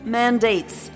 mandates